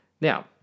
Now